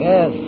Yes